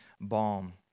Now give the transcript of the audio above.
balm